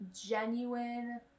genuine